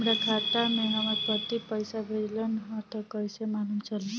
हमरा खाता में हमर पति पइसा भेजल न ह त कइसे मालूम चलि?